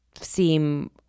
seem